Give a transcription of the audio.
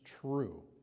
true